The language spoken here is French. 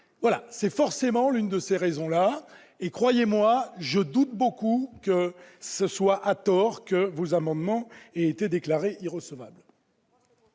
C'est forcément pour l'une de ces raisons- croyez-moi, je doute beaucoup que ce soit à tort ! -que vos amendements ont été déclarés irrecevables.